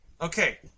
Okay